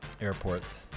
airports